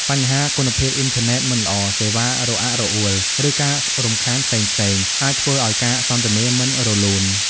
បញ្ហាគុណភាពអ៊ីនធឺណិតមិនល្អ សេវារអាក់រអួល ឬការរំខានផ្សេងៗ អាចធ្វើឱ្យការសន្ទនាមិនរលូន។